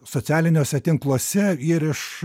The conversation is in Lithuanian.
socialiniuose tinkluose ir iš